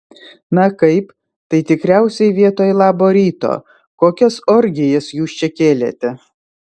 na kaip tai tikriausiai vietoj labo ryto kokias orgijas jūs čia kėlėte